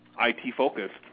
IT-focused